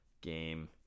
game